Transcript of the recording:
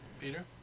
Peter